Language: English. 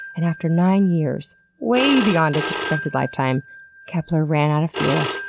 and after nine years way beyond its expected lifetime kepler ran out of fuel.